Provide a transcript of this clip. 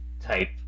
type